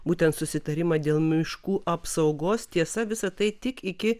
būtent susitarimą dėl miškų apsaugos tiesa visa tai tik iki